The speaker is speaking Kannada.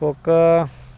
ಖೋಖೋ